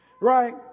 right